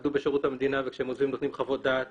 שעבדו בשירות המדינה וכשהם עוזבים נותנים חוות דעת